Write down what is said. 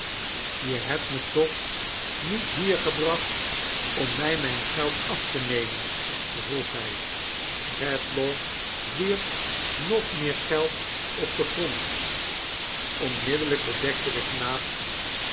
je hebt me toch niet hier gebracht om mij rnijia geld af te nemen vroeg hij redlaw wierp nog meer geld op deal grond onmidderijk bedekte de knaap